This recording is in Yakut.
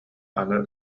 аны